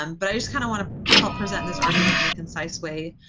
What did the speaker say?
um but i just kind of want to help present this argument in a concise way,